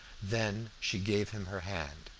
then she gave him her hand.